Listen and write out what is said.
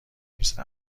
نیست